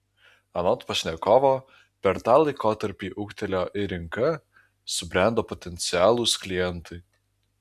anot pašnekovo per tą laikotarpį ūgtelėjo ir rinka subrendo potencialūs klientai